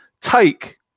take